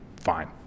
fine